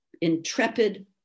intrepid